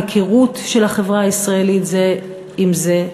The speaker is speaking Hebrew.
היכרות של החברה הישראלית זה עם זה,